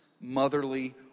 motherly